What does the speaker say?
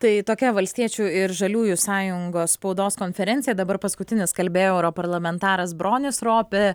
tai tokia valstiečių ir žaliųjų sąjungos spaudos konferencija dabar paskutinis kalbėjo europarlamentaras bronis ropė